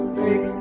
big